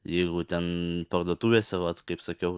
jeigu ten parduotuvėse vat kaip sakiau